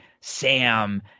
Sam